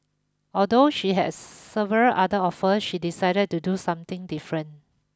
although she had several other offers she decided to do something different